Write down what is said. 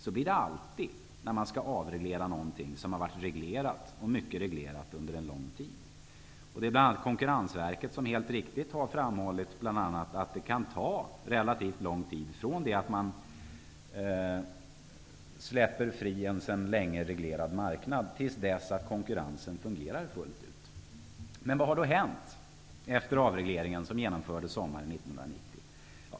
Så blir det alltid när man skall avreglera något som har varit reglerat under en lång tid. Konkurrensverket har helt riktigt framhållit att det kan ta relativt lång tid från det att en sedan länge reglerad marknad släpps fri till dess att konkurrensen fungerar fullt ut. Vad har då hänt efter avregleringen, som genomfördes sommaren 1990?